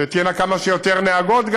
שתהיינה כמה שיותר נהגות,